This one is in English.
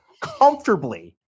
comfortably